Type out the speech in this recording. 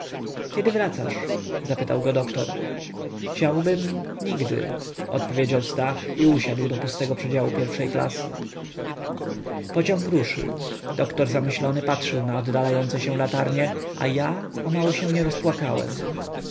kiedy wracasz zapytał go doktor chciałbym nigdy odpowiedział stach i usiadł do pustego przedziału pierwszej klasy pociąg ruszył doktor zamyślony patrzył na oddalające się latarnie a ja o mało się nie rozpłakałem